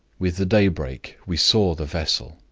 with the daybreak we saw the vessel,